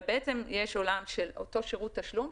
בעצם יש עולם של אותו שירות תשלום,